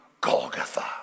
Golgotha